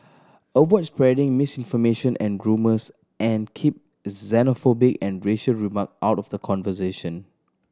avoid spreading misinformation and and keep xenophobia and racial remark out of the conversation